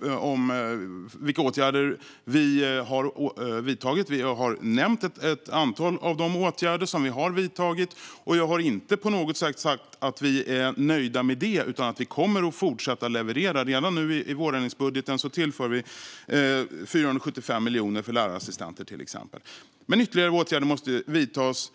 bland annat vilka åtgärder vi har vidtagit. Vi har nämnt ett antal av de åtgärder som vi har vidtagit. Jag har inte på något sätt sagt att vi därmed är nöjda. Vi kommer att fortsätta leverera. Redan i vårändringsbudgeten tillför vi till exempel 475 miljoner till lärarassistenter. Ytterligare åtgärder måste vidtas.